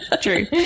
True